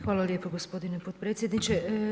Hvala lijepa gospodine potpredsjedniče.